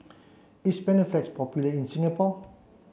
is Panaflex popular in Singapore